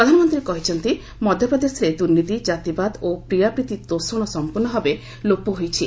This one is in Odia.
ପ୍ରଧାନମନ୍ତ୍ରୀ କହିଛନ୍ତି ମଧ୍ୟପ୍ରଦେଶରେ ଦୁର୍ନୀତି ଜାତିବାଦ ଓ ପ୍ରିୟାପ୍ରୀତତୋଷଣ ସମ୍ପର୍ଷଭାବେ ଲୋପ ହୋଇଛି